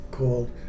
Called